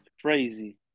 Crazy